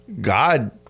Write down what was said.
God